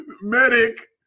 medic